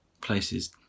places